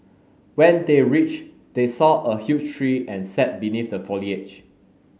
when they reached they saw a huge tree and sat beneath the foliage